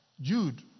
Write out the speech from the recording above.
Jude